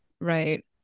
right